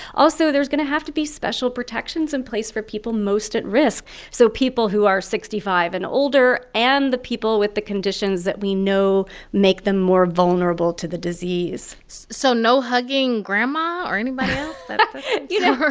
also, there's going to have to be special protections in place for people most at risk so people who are sixty five and older and the people with the conditions that we know make them more vulnerable to the disease so no hugging grandma or anybody but you know,